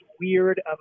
weird